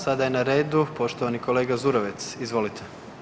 Sada je na redu poštovani kolega Zurovec, izvolite.